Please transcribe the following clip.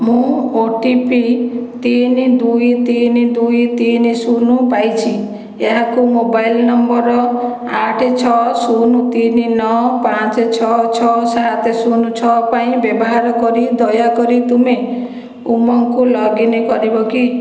ମୁଁ O T P ତିନି ଦୁଇ ତିନି ଦୁଇ ତିନି ଶୂନ ପାଇଛି ଏହାକୁ ମୋବାଇଲ ନମ୍ବର ଆଠେ ଛଅ ଶୂନ ତିନି ନଅ ପାଞ୍ଚ ଛଅ ଛଅ ସାତ ଶୂନ ଛଅ ପାଇଁ ବ୍ୟବହାର କରି ଦୟାକରି ତୁମେ ଉମଙ୍ଗକୁ ଲଗ୍ ଇନ୍ କରିବ କି